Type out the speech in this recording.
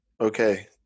Okay